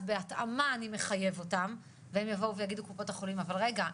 בהתאמה אני מחייב אותם וקופות החולים יבואו ויגידו 'רגע,